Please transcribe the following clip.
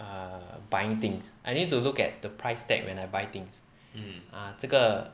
err buying things I need to look at the price tag when I buy things ah 这个